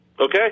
Okay